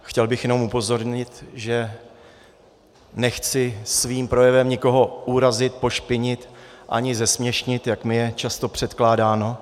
Chtěl bych jenom upozornit, že nechci svým projevem nikoho urazit, pošpinit ani zesměšnit, jak mi je často předkládáno.